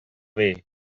way